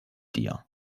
dir